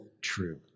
true